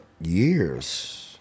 years